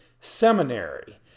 Seminary